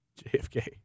JFK